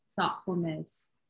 thoughtfulness